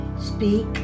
speak